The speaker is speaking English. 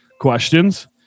questions